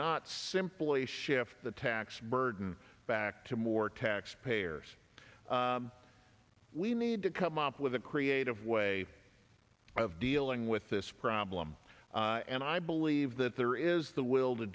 not simply shift the tax burden back to more tax payers we need to come up with a creative way of dealing with this problem and i believe that there is the will to